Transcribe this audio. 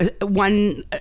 one